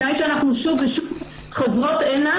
העובדה היא שאנחנו שוב ושוב חוזרות הנה